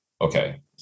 Okay